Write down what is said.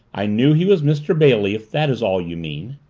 i knew he was mr. bailey if that is all you mean.